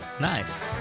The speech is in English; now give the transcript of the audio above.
Nice